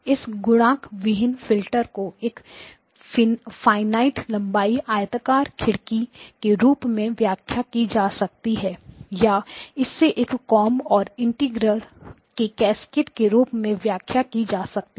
इस गुणक विहीन फिल्टर को एक फिनिट finite लंबाई आयताकार खिड़की के रूप में व्याख्या की जा सकती है या इसे एक कोंब और इंटीग्रेटर के कैस्केड के रूप में व्याख्या की जा सकती है